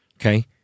okay